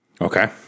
Okay